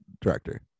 director